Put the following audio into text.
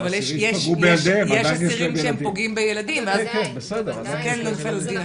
יש אסירים שפוגעים בילדים אז זה כן נופל לדין אחר.